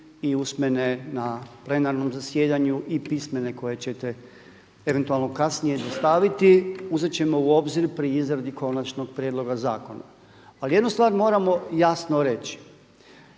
i usmene na plenarnom zasjedanju i pismene koje ćete eventualno kasnije dostaviti uzet ćemo u obzir pri izradi konačnog prijedloga zakona. Ali jednu stvar moramo jasno reći,